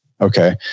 Okay